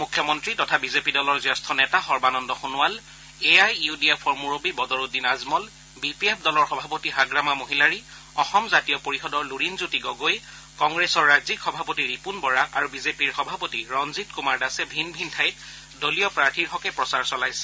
মুখ্যমন্ত্ৰী তথা B J P দলৰ জ্যেষ্ঠ নেতা Sarbananda Sonowal A I U D এফৰ মূৰববী Badruddin Ajmal B P F দলৰ সভাপতি হাগ্ৰামা মহিলাৰী অসম জাতীয় পৰিষদৰ লুৰিণজ্যোতি গগৈ কংগ্ৰেছৰ ৰাজ্যিক সভাপতি ৰিপুণ বৰা আৰু বি জে পিৰ সভাপতি ৰঞ্জিত কুমাৰ দাসে ভিন ভিন ঠাইত দলীয় প্ৰাৰ্থীৰ হকে প্ৰচাৰ চলাইছে